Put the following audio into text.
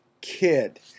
kid